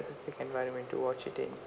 environment to watch it in